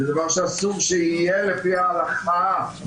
זה דבר שאסור שיהיה לפי ההלכה.